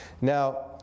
Now